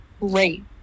great